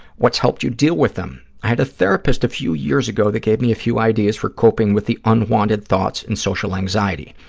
what's helped you deal with them? i had a therapist a few years ago that gave me a few ideas for coping with the unwanted thoughts and social anxiety.